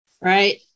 Right